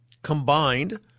Combined